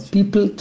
People